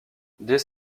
dès